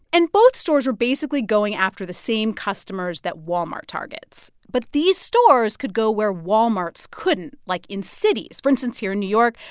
and both stores are, basically, going after the same customers that walmart targets but these stores could go where walmarts couldn't, like in cities. for instance, here in new york,